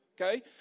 Okay